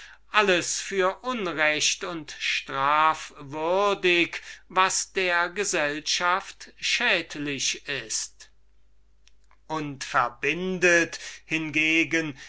alles für unrecht und strafwürdig was der gesellschaft schädlich ist und verbindet hingegen